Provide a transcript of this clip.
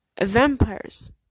vampires